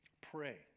pray